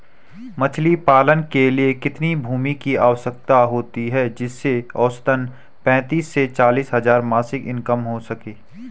मछली पालन के लिए कितनी भूमि की आवश्यकता है जिससे औसतन पैंतीस से चालीस हज़ार मासिक इनकम हो सके?